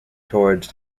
towards